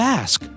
ask